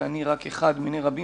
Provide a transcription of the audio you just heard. ואני רק אחד מיני רבים,